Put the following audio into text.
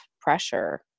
pressure